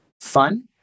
fun